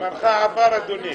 זמנך עבר, אדוני.